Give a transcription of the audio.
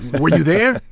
were you there?